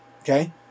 Okay